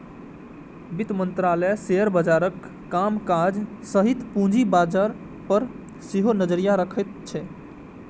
वित्त मंत्रालय शेयर बाजारक कामकाज सहित पूंजी बाजार पर सेहो नजरि रखैत छै